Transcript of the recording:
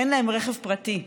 אין להם רכב פרטי.